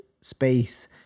space